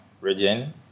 region